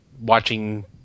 watching